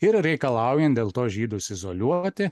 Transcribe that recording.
ir reikalaujant dėl to žydus izoliuoti